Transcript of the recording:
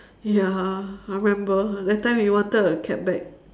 ya I remember that time we wanted a cab back